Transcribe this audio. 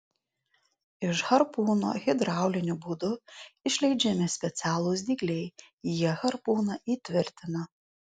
iš harpūno hidrauliniu būdu išleidžiami specialūs dygliai jie harpūną įtvirtina